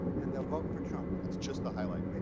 and they'll vote for trump. it's just the highlight reel.